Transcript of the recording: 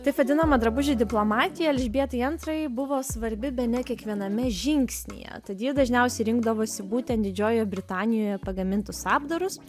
taip vadinama drabužių diplomatija elžbietai antrajai buvo svarbi bene kiekviename žingsnyje tad ji dažniausiai rinkdavosi būtent didžiojoje britanijoje pagamintus apdarus